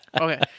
Okay